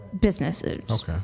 businesses